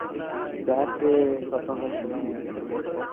okay battery பர்ஃபாமென்ஸெல்லாம் எப்படிங்க இருக்கும்